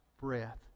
breath